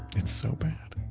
it's so bad.